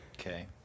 Okay